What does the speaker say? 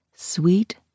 Sweet